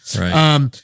Right